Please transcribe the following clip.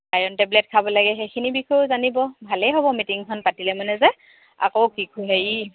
iron tablet খাব লাগে সেইখিনিৰ বিষয়েও জানিব ভালেই হ'ব মিটিংখন পাতিলে মানে যে আকৌ কি হেৰি